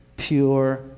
pure